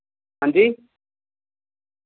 हांजी